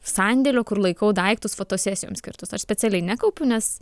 sandėlio kur laikau daiktus fotosesijoms skirtus aš specialiai nekaupiu nes